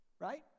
Right